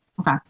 Okay